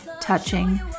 touching